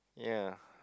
ya